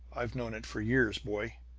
i've known it for years, boy.